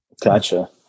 gotcha